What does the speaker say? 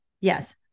Yes